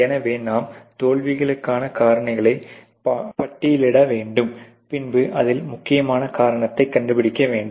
எனவே நாம் தோல்விக்கான காரணங்களை பட்டியலிட வேண்டும் பின்பு அதில் முக்கியமான காரணத்தை கண்டுபிடிக்க வேண்டும்